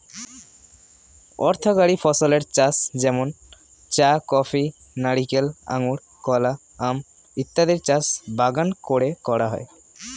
অর্থকরী ফসলের চাষ যেমন চা, কফি, নারিকেল, আঙুর, কলা, আম ইত্যাদির চাষ বাগান করে করা হয়